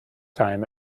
time